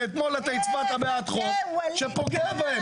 ואתמול הצבעת בעד חוק שפוגע בהם.